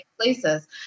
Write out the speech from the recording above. places